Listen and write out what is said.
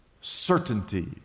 Certainty